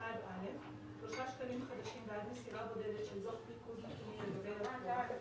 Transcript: "(5ג)3 שקלים חדשים בעד מסירה בודדת של דוח ריכוז נתונים לגבי לקוח,